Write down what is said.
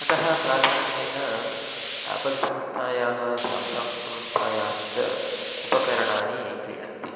अतः प्राधान्येन आपल् संस्थायाः साम्साङ्ग् संस्थायाश्च उपकरणानि क्रीणन्ति